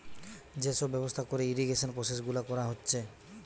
যে সব ব্যবস্থা কোরে ইরিগেশন প্রসেস গুলা কোরা হচ্ছে